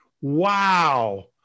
Wow